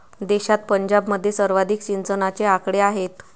देशात पंजाबमध्ये सर्वाधिक सिंचनाचे आकडे आहेत